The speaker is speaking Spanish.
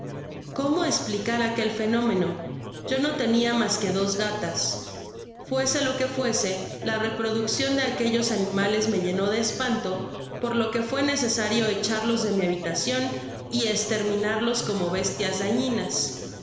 icómo esplicar aquel fenómeno yo no tenia mas que dos gatas fuese lo que fuese la reproduccion de aquellos animales me llenó de espanto por lo que fué necesario echarlos de mi habitacion y esterminarlos como bestias dañina